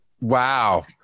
wow